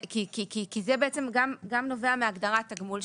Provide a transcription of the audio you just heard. כי זה גם נובע מהגדרת התגמול.